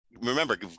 remember